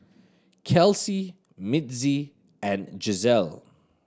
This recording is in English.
Kelsie Mitzi and Giselle